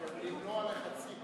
ובכן, רבותי,